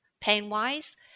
pain-wise